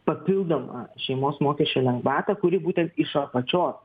papildomą šeimos mokesčio lengvatą kuri būtent iš apačios